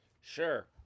Sure